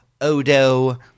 Odo